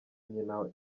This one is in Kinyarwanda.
nyina